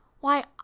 Why